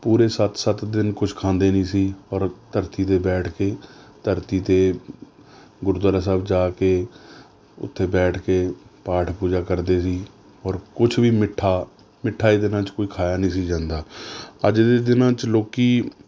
ਪੂਰੇ ਸੱਤ ਸੱਤ ਦਿਨ ਕੁਛ ਖਾਂਦੇ ਨਹੀਂ ਸੀ ਔਰ ਧਰਤੀ 'ਤੇ ਬੈਠ ਕੇ ਧਰਤੀ ਅਤੇ ਗੁਰਦੁਆਰਾ ਸਾਹਿਬ ਜਾ ਕੇ ਉੱਥੇ ਬੈਠ ਕੇ ਪਾਠ ਪੂਜਾ ਕਰਦੇ ਸੀ ਔਰ ਕੁਛ ਵੀ ਮਿੱਠਾ ਮਿੱਠਾ ਇਹ ਦਿਨਾਂ 'ਚ ਕੋਈ ਖਾਇਆ ਨਹੀਂ ਸੀ ਜਾਂਦਾ ਅੱਜ ਦੇ ਦਿਨਾਂ 'ਚ ਲੋਕ